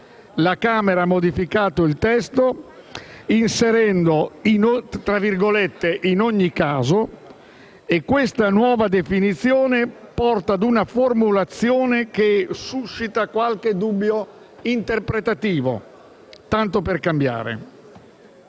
la Camera ha modificato il testo inserendo le parole «in ogni caso» e questa nuova definizione porta a una formulazione che suscita qualche dubbio interpretativo, tanto per cambiare.